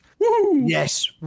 yes